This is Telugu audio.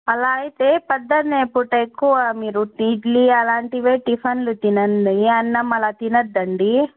అలా అయితే ప్రొద్దన పూట ఎక్కువ మీరు ఇడ్లీ అలాంటి టిఫన్లు తినండి అన్నం అలా తినద్దండి